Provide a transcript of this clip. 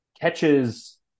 catches